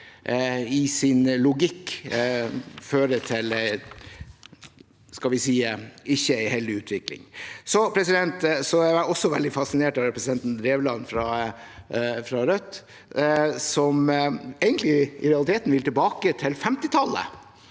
i sin logikk fører til en ikke heldig utvikling. Jeg er også veldig fascinert av representanten Drevland Lund fra Rødt, som i realiteten vil tilbake til 1950tallet